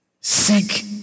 seek